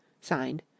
Signed